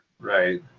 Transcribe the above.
right